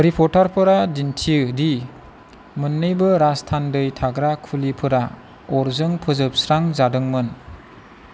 रिपर्टारफोरा दिन्थियो दि मोन्नैबो राजथान्दै थाग्रा खुलिफोरा अरजों फोजोबस्रां जादोंमोन